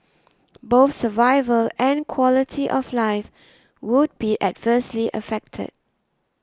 both survival and quality of life would be adversely affected